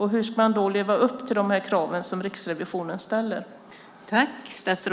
Hur ska man då leva upp till de krav Riksrevisionen ställer?